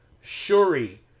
Shuri